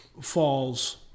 falls